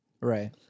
right